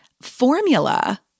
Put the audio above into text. formula